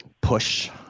push